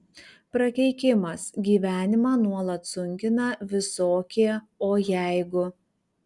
prakeikimas gyvenimą nuolat sunkina visokie o jeigu